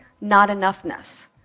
not-enoughness